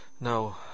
No